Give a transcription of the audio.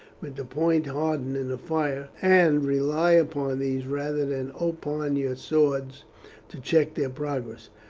with the point hardened in the fire, and rely upon these rather than upon your swords to check their progress.